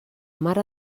mare